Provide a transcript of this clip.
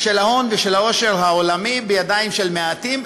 של ההון ושל העושר העולמי בידיים של מעטים,